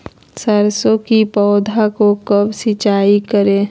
सरसों की पौधा को कब सिंचाई करे?